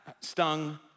stung